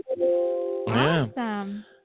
Awesome